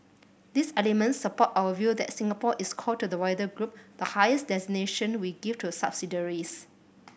these elements support our view that Singapore is core to the wider group the highest designation we give to subsidiaries